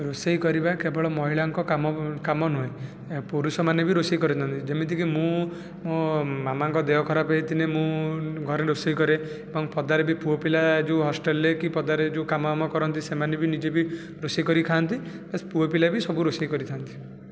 ରୋଷେଇ କରିବା କେବଳ ମହିଳାଙ୍କ କାମ କାମ ନୁହେଁ ପୁରୁଷମାନେ ବି ରୋଷେଇ କରିଥାନ୍ତି ଯେମିତିକି ମୁଁ ମୋ' ମାମାଙ୍କ ଦେହ ଖରାପ ହେଇଥିଲେ ମୁଁ ଘରେ ରୋଷେଇ କରେ ଏବଂ ପଦାରେ ବି ପୁଅ ପିଲା ଯେଉଁ ହଷ୍ଟେଲରେ କି ପଦାରେ ଯେଉଁ କାମ ଆମ କରନ୍ତି ସେମାନେ ବି ନିଜେ ବି ରୋଷେଇ କରି ଖାଆନ୍ତି ପୁଅ ପିଲା ବି ସବୁ ରୋଷେଇ କରିଥାନ୍ତି